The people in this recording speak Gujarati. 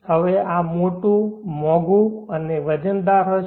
હવે આ મોટું મોંઘું અને વજનદાર હશે